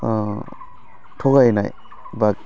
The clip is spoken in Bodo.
थगायनाय बा